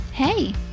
Hey